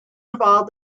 involved